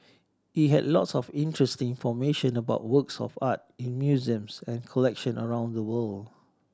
it had lots of interesting information about works of art in museums and collection around the world